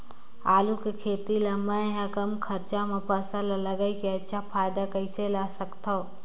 आलू के खेती ला मै ह कम खरचा मा फसल ला लगई के अच्छा फायदा कइसे ला सकथव?